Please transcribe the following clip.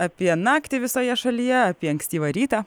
apie naktį visoje šalyje apie ankstyvą rytą